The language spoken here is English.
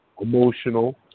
emotional